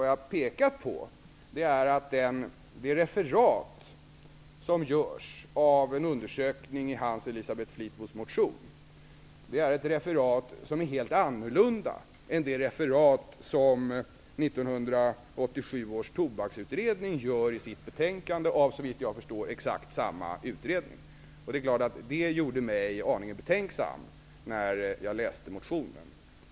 Jag pekar på att det referat som görs av en undersökning som nämns i Jerzy Einhorns och Elisabeth Fleetwoods motion är helt annorlunda än det referat som 1987 års Tobaksutredning har i sitt betänkande av, såvitt jag förstår, exakt samma utredning. Det är klart att detta gjorde mig aningen betänksam när jag läste motionen.